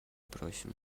просим